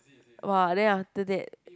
!wah! then after that